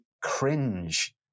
cringe